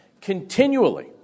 continually